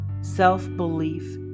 self-belief